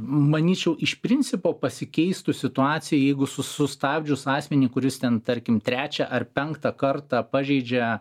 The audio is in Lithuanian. manyčiau iš principo pasikeistų situacija jeigu su sustabdžius asmenį kuris ten tarkim trečią ar penktą kartą pažeidžia